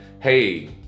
Hey